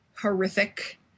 horrific